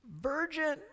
virgin